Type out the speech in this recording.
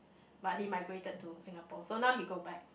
but he migrated to Singapore so now he go back